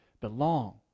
belong